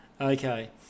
Okay